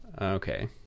Okay